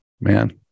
man